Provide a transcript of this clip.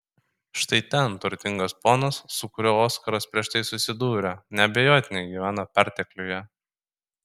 štai ten turtingas ponas su kuriuo oskaras prieš tai susidūrė neabejotinai gyveno pertekliuje